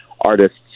artists